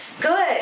good